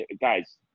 guys